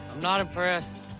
not impressed.